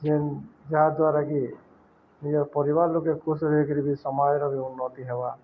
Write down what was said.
ଯେନ୍ ଯାହାଦ୍ୱାରା କିି ନିଜ ପରିବାର ଲୋକେ କୋଶରେ ହେଇକିରି ବି ସମୟର ବି ଉନ୍ନତି ହେବା